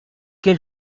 quel